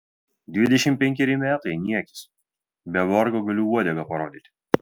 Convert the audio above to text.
dvidešimt penkeri metai niekis be vargo galiu uodegą parodyti